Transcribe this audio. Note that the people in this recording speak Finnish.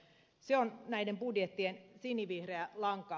se on näiden budjettien sinivihreä lanka